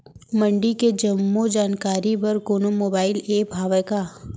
मंडी के जम्मो जानकारी बर कोनो मोबाइल ऐप्प हवय का?